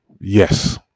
yes